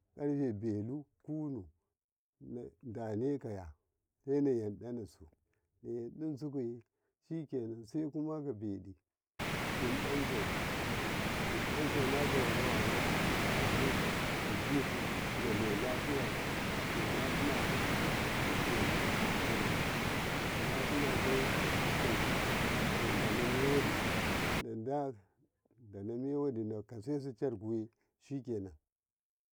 ﻿ƙarfe belu kuunu na danekaya sai nayaɗanasu nayaɗansu kaye shikenan sai kabeɗi shiɗi ko shiɗa ko nazawa zawama nade to ajisu ajisu nane lafiyasu naana sunakya sheken yawa nannasikokyo to dalamewadi nada nada dalamewadi nakasesu charkuye shiken.